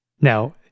Now